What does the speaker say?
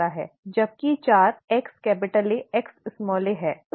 जबकि 4 XAXa है